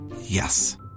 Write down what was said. Yes